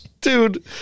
Dude